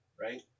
Right